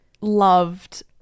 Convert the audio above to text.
loved